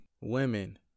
women